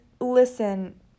listen